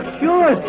sure